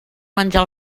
menjar